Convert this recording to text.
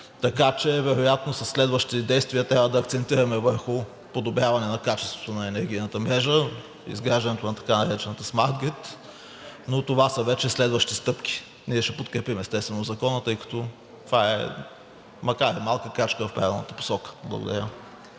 така че вероятно със следващите действия трябва да акцентираме върху подобряване на качеството на енергийната мрежа, изграждането на така наречената SmartGit, но това вече са следващи стъпки. Ние ще подкрепим, естествено, Закона, тъй като това макар и малка е крачка в правилната посока. Благодаря.